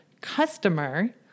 customer